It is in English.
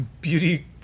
beauty